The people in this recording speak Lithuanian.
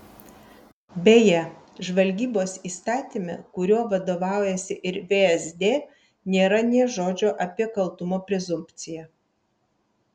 beje žvalgybos įstatyme kuriuo vadovaujasi ir vsd nėra nė žodžio apie kaltumo prezumpciją